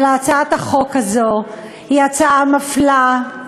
אבל הצעת החוק הזאת היא הצעה מפלה,